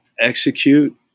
execute